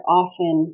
often